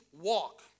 walk